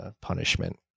punishment